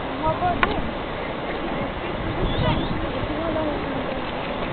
ହେବଯେ ସେ ବିସ୍କିଟ୍ ଫିସ୍କିଟ ରଖିଥିଲେ ବେସି ଭଲ ହୋଇଥାନ୍ତା ଭାବୁଥିଲି